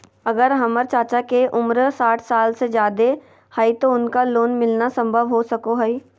अगर हमर चाचा के उम्र साठ साल से जादे हइ तो उनका लोन मिलना संभव हो सको हइ?